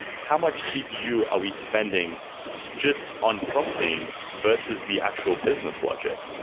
how much cpu are we spending just on proxying versus the actual business logic?